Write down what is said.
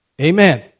Amen